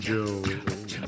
Joe